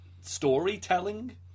storytelling